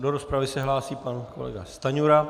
Do rozpravy se hlásí pan kolega Stanjura.